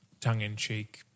tongue-in-cheek